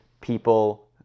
people